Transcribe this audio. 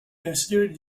considered